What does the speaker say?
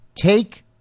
take